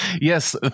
Yes